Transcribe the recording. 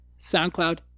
SoundCloud